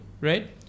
right